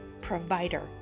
Provider